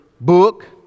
book